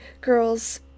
girls